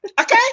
Okay